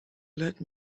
let